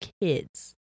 kids